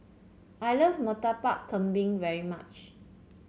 I love Murtabak Kambing very much